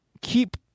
keep